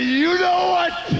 you-know-what